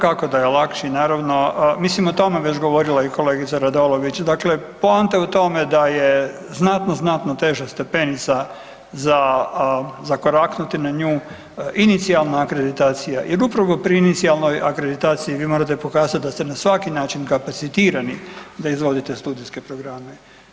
Pa dakako da je lakši, naravno, mislim o tome je već govorila i kolegica Radolović, dakle, poanta je u tome da je znatno, znatno teža stepenica za zakoraknuti na nju, inicijalna akreditacija jer upravo pri inicijalnoj akreditaciji vi morate pokazati da ste na svaki način kapacitirani da izvodite studijske programe.